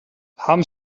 haben